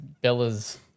Bella's